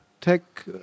tech